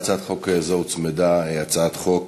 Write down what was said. להצעת חוק זו הוצמדה הצעת חוק